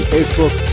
Facebook